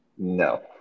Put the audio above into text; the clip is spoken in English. No